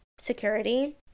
security